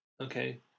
Okay